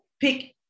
pick